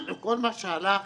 כל מה שהלך